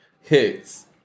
hits